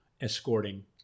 escorting